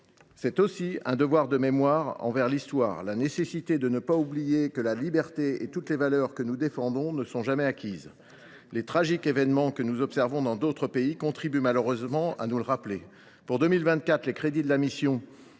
avons aussi un devoir de mémoire envers l’Histoire. N’oublions pas que la liberté et toutes les valeurs que nous défendons ne sont jamais acquises. Les tragiques événements que nous observons dans d’autres pays nous obligent malheureusement à nous le rappeler. Pour 2024, les crédits de la mission